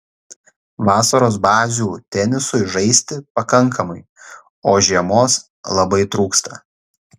vasaros bazių tenisui žaisti pakankamai o žiemos labai trūksta